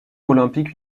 olympique